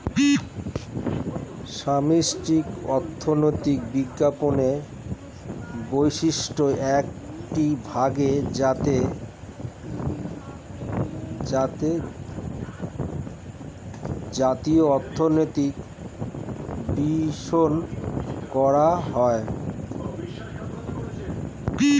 সামষ্টিক অর্থনীতি বিজ্ঞানের বিশিষ্ট একটি ভাগ যাতে জাতীয় অর্থনীতির বিশ্লেষণ করা হয়